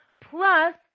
plus